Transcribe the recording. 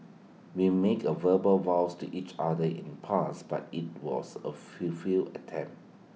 we make A verbal vows to each other in the past but IT was A full feel attempt